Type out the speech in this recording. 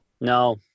No